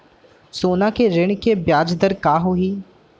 सोना के ऋण के ब्याज दर का होही?